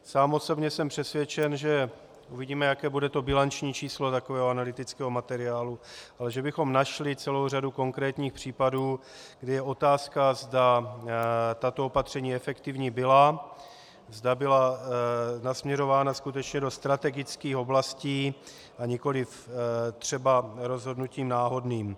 Sám osobně jsem přesvědčen uvidíme, jaké bude to bilanční číslo takového analytického materiálu , že bychom našli celou řadu konkrétních případů, kdy je otázka, zda tato opatření efektivní byla, zda byla nasměrována skutečně do strategických oblastí, a nikoliv třeba rozhodnutím náhodným.